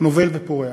נובל ופורח.